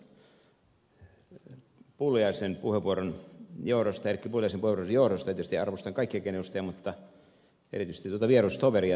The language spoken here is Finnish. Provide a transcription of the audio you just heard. erkki pulliaisen puheenvuorosta tietysti arvostan kaikkiakin edustajia mutta erityisesti tuota vierustoveria tuossa